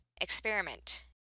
experiment